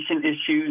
issues